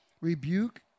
Rebuke